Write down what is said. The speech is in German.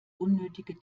unnötige